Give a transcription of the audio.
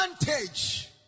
advantage